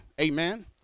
amen